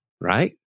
Right